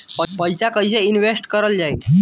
पैसा कईसे इनवेस्ट करल जाई?